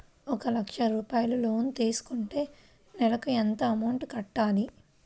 ఒక లక్ష రూపాయిలు లోన్ తీసుకుంటే నెలకి ఎంత అమౌంట్ కట్టాలి?